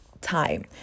time